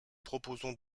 proposons